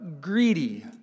greedy